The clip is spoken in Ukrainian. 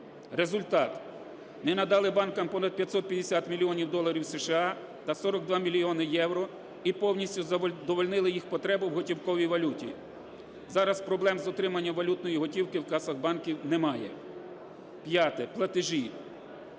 Результат – ми надали банкам понад 550 мільйонів доларів США та 42 мільйони євро і повністю задовольнили їх потреби в готівковій валюті. Зараз проблем з отриманням валютної готівки в касах банків немає. П'яте. Платежі.